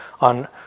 on